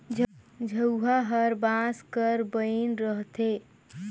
झउहा हर बांस कर बइन रहथे